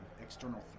external